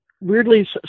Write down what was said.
weirdly